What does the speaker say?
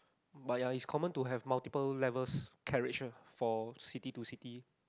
but ya is common to have multiple levels carriage for city to city